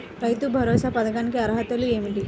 రైతు భరోసా పథకానికి అర్హతలు ఏమిటీ?